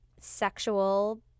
sexual